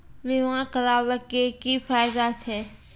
बीमा कराबै के की फायदा छै?